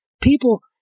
People